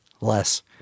less